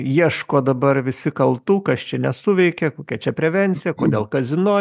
ieško dabar visi kaltų kas čia nesuveikė kokia čia prevencija kodėl kazino